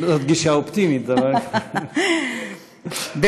גם גישה אופטימית, אבל, לא, לא יכול להיות.